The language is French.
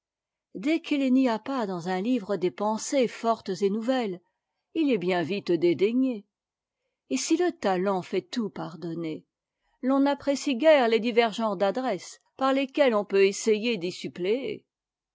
dès qu'il n'y a pas dans un livre des pensées fortes et nouvelles il est bien vite dédaigné et si le talent fait tout pardonner l'on n'apprécie guère les divers genres d'adresse par lesquels on peut essayer d'y